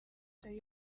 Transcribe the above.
leta